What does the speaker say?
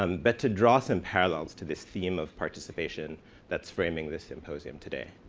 um but to draw some parallels to this theme of participation that's framing this symposium today.